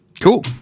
Cool